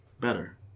better